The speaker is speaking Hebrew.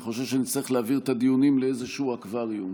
אני חושב שאני אצטרך להעביר את הדיונים לאיזשהו אקווריום.